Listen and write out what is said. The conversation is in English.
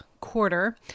quarter